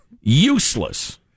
useless